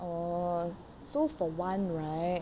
uh so for one right